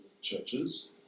churches